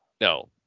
No